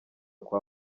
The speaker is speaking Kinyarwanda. kwa